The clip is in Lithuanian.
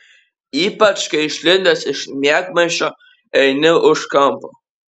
ypač kai išlindęs iš miegmaišio eini už kampo